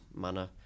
manner